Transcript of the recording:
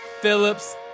Phillips